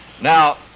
Now